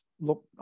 look